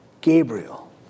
Gabriel